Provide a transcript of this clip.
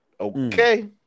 Okay